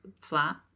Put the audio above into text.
flat